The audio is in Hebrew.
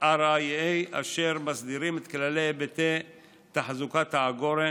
RIA אשר מסדירים את כלל היבטי תחזוקת העגורן,